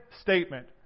statement